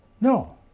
No